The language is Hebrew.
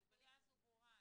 הנקודה הזו ברורה.